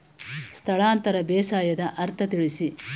ಸ್ಥಳಾಂತರ ಬೇಸಾಯದ ಅರ್ಥ ತಿಳಿಸಿ?